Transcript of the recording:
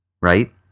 right